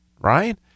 right